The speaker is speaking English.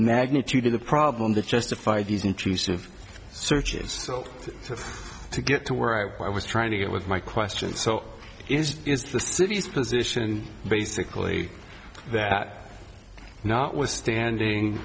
magnitude of the problem to justify these intrusive searches so just to get to where i was trying to get with my questions so is is the city's position basically that notwithstanding